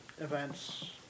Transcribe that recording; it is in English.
events